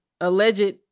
alleged